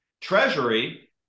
Treasury